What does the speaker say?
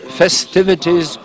festivities